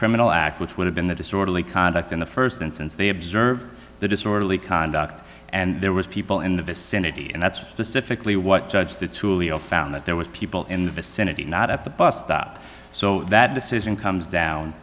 criminal act which would have been the disorderly conduct in the st instance they observed the disorderly conduct and there was people in the vicinity and that's specifically what judge the tulio found that there was people in the vicinity not at the bus stop so that decision comes down